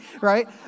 right